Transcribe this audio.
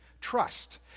trust